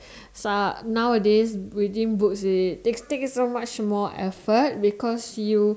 now nowadays reading books take so much effort because you